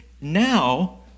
now